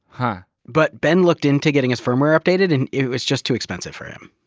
huh but, ben looked into getting his firmware updated, and it was just too expensive for him.